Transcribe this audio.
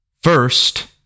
First